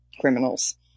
criminals